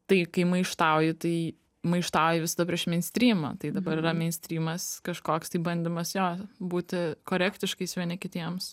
tai kai maištauji tai maištauji visada prieš meinstrymą tai dabar yra meinstrymas kažkoks tai bandymas jo būti korektiškais vieni kitiems